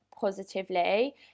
positively